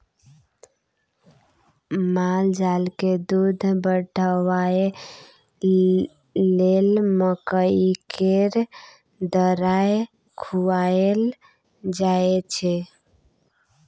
मालजालकेँ दूध बढ़ाबय लेल मकइ केर दर्रा खुआएल जाय छै